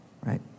right